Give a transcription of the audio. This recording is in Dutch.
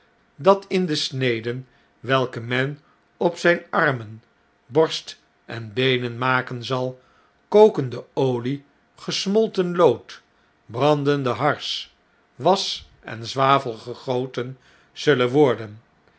dat in de sneden welke men op zjjne armen borst en beenen maken zal kokende olie gesmolten lood brandende hars was en zwavel gegoten zullen worden